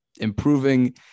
improving